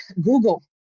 Google